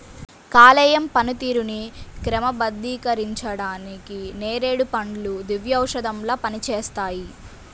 కాలేయం పనితీరుని క్రమబద్ధీకరించడానికి నేరేడు పండ్లు దివ్యౌషధంలా పనిచేస్తాయి